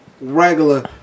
regular